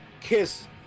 Kiss